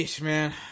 man